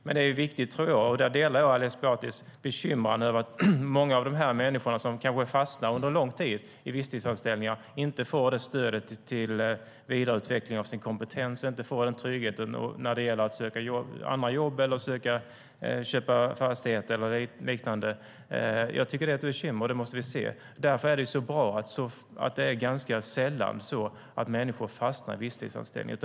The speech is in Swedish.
Det är dock ett problem, och här delar jag Ali Esbatis oro, att många av de människor som fastnar i visstidsanställningar under lång tid inte får det stöd de behöver till vidareutveckling av sin kompetens eller den trygghet de behöver när det gäller att söka andra jobb, att köpa fastighet eller liknande. Det är ett bekymmer. Därför är det bra att människor ganska sällan fastnar i visstidsanställningar.